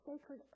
sacred